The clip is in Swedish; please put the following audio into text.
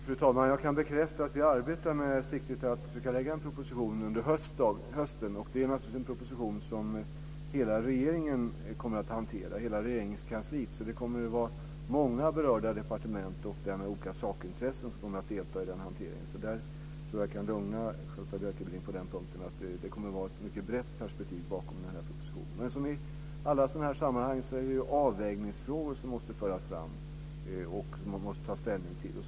Fru talman! Jag kan bekräfta att vi arbetar med siktet att försöka lägga fram en proposition under hösten. Det är en proposition som hela Regeringskansliet kommer att hantera. Det kommer att vara många berörda departement och därmed olika sakintressen som kommer att delta i hanteringen. Jag tror att jag kan lugna Charlotta Bjälkebring på den punkten. Det kommer att vara ett mycket brett perspektiv bakom propositionen. Som i alla sådana sammanhang finns avvägningsfrågor som man måste föra fram och ta ställning till.